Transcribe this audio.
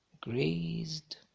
grazed